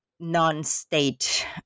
non-state